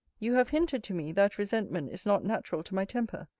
you have hinted to me, that resentment is not natural to my temper,